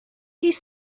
his